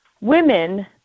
women